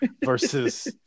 versus